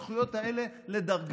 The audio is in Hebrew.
אבל צריך גם לדאוג לזכויות של האזרח